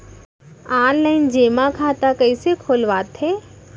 Online जेमा खाता कइसे खोलवाथे?